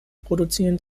produzieren